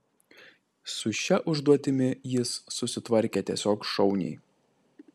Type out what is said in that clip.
su šia užduotimi jis susitvarkė tiesiog šauniai